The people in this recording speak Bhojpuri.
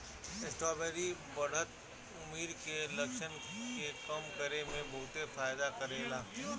स्ट्राबेरी बढ़त उमिर के लक्षण के कम करे में बहुते फायदा करेला